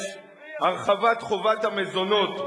הרחבת חובת המזונות,